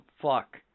fuck